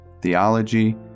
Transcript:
theology